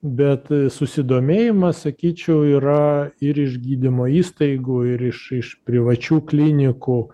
bet susidomėjimas sakyčiau yra ir iš gydymo įstaigų ir iš iš privačių klinikų